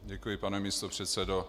Děkuji, pane místopředsedo.